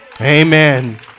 Amen